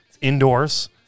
Indoors